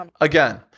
Again